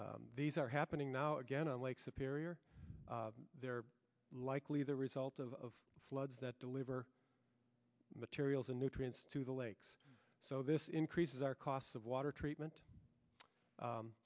fish these are happening now again on lake superior they are likely the result of floods that deliver materials and nutrients to the lakes so this increases our cost of water treatment